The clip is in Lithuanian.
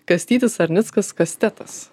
kastytis sarnickas kastetas